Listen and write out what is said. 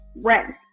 rent